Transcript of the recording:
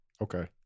Okay